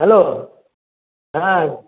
hello হ্যাঁ